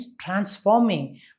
transforming